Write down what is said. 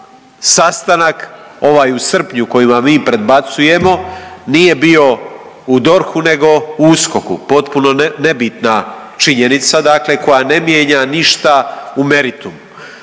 sastanak ovaj u srpnju koji vam mi predbacujemo nije bio u DORH-u nego u USKOK-u, potpuno nebitna činjenica koja ne mijenja ništa u meritumu.